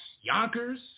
Yonkers